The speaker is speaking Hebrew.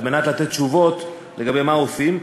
על מנת לתת תשובות לגבי מה עושים.